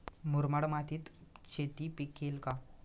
मुरमाड मातीत शेती पिकेल का?